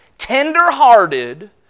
tender-hearted